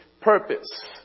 purpose